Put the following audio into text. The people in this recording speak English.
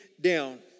down